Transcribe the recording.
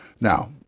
Now